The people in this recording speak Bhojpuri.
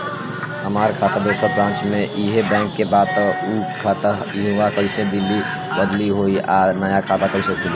हमार खाता दोसर ब्रांच में इहे बैंक के बा त उ खाता इहवा कइसे बदली होई आ नया खाता कइसे खुली?